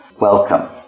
welcome